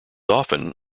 often